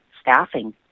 staffing